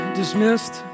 dismissed